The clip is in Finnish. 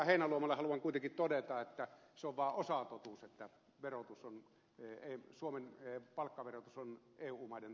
heinäluomalle haluan kuitenkin todeta että se on vaan osatotuus että suomen palkkaverotus on eu maiden tasolla